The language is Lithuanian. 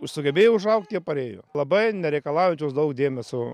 sugebėjo užaugt tie parėjo labai nereikalaujančios daug dėmesio